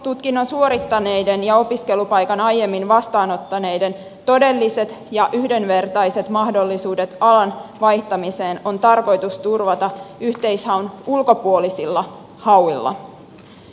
korkeakoulututkinnon suorittaneiden ja opiskelupaikan aiemmin vastaanottaneiden todelliset ja yhdenvertaiset mahdollisuudet alan vaihtamiseen on tarkoitus turvata yhteishaun ulkopuolisilla hauilla